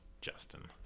Justin